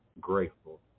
grateful